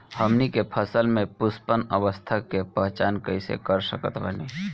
हमनी के फसल में पुष्पन अवस्था के पहचान कइसे कर सकत बानी?